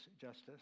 Justice